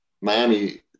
Miami